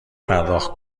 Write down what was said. پرداخت